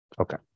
Okay